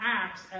acts